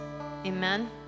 amen